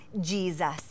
Jesus